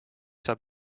saab